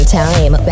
time